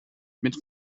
mit